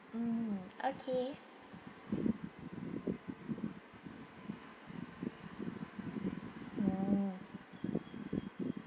mm okay mm